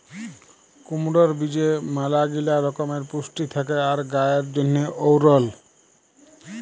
কুমড়র বীজে ম্যালাগিলা রকমের পুষ্টি থেক্যে আর গায়ের জন্হে এঔরল